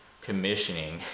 commissioning